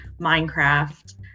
Minecraft